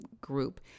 group